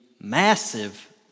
massive